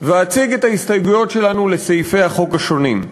ואציג את ההסתייגויות שלנו לסעיפי החוק השונים.